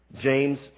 James